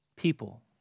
people